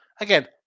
Again